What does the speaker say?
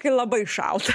kai labai šalta